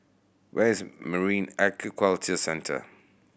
where is Marine Aquaculture Centre